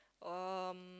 um